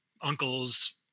uncles